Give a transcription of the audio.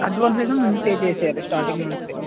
advance అయితే ముందు pay చేసెయ్యాలి స్టార్టింగ్ మునుపే